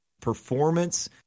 performance